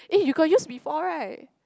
eh you got use before right